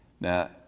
Now